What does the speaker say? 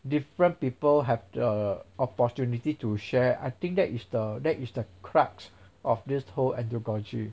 different people have the opportunity to share I think that is the that is the crux of this whole andragogy